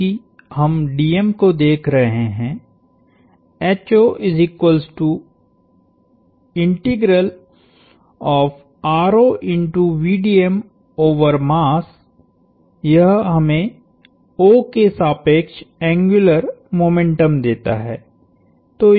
चूँकि हम को देख रहे हैंयह हमें O के सापेक्ष एंग्युलर मोमेंटम देता है